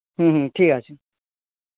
হুম হুম ঠিক আছে